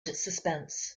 suspense